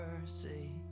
mercy